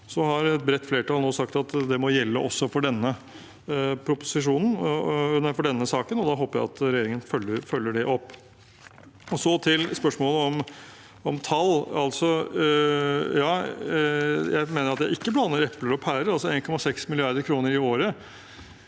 et bredt flertall nå sagt at det må gjelde også for denne saken, og da håper jeg at regjeringen følger det opp. Til spørsmålet om tall: Jeg mener at jeg ikke blander epler og pærer. Altså: 1,6 mrd. kr i året